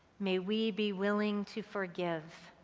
may we be willing to forgive,